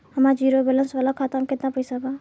हमार zero balance वाला खाता में केतना पईसा बा?